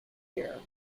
year